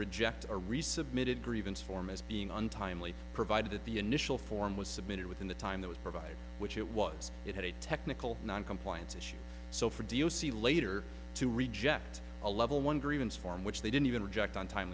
reject a resubmitted grievance form as being untimely provided that the initial form was submitted within the time that was provided which it was it had a technical noncompliance issue so for deal see later to reject a level one grievance form which they didn't even reject on time